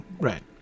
Right